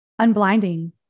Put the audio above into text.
unblinding